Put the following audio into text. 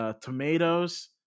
tomatoes